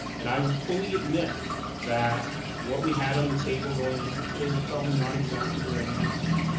and i would fully admit that what we had on the table going into today was probably not exactly the right answer.